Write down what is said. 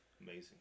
amazing